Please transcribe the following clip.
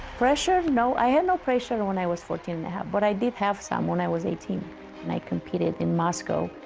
pressure? no, i had no pressure and when i was fourteen and a half, but i did have some when i was eighteen and i competed in moscow.